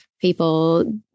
People